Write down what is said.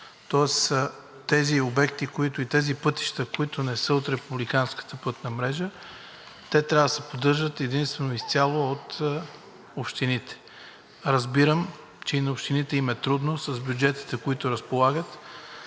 моста. Тези обекти и тези пътища, които не са от републиканската пътна мрежа, трябва да се поддържат единствено изцяло от общините. Разбирам, че и на общините им е трудно с бюджетите, с които разполагат,